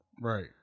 Right